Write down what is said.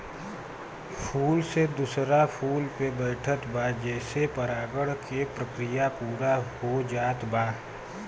फूल से दूसरा फूल पे बैठत बा जेसे परागण के प्रक्रिया पूरा हो जात बा